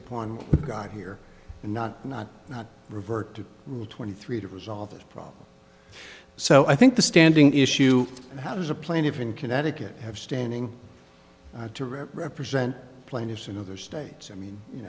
upon god here and not not not revert to rule twenty three to resolve this problem so i think the standing issue how does a plaintiff in connecticut have standing to represent plaintiffs in other states i mean you